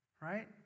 Right